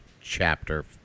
chapter